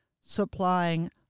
supplying